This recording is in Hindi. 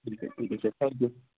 ठीक है ठीक है जैसा भी हो